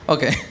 Okay